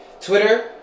Twitter